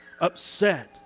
upset